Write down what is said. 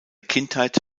kindheit